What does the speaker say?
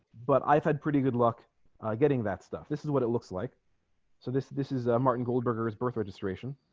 but i've had pretty good luck getting that stuff this is what it looks like so this this is a marten goldberger is birth registration